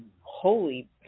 Holy